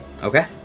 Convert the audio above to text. Okay